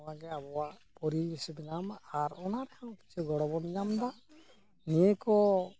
ᱱᱚᱣᱟᱜᱮ ᱟᱵᱚᱣᱟᱜ ᱯᱚᱨᱤᱵᱮᱥᱮ ᱵᱮᱱᱟᱣ ᱢᱟ ᱟᱨ ᱚᱱᱟ ᱛᱮᱦᱚᱸ ᱠᱤᱪᱷᱩ ᱜᱚᱲᱚᱵᱚᱱ ᱧᱟᱢ ᱮᱫᱟ ᱱᱤᱭᱟᱹ ᱠᱚ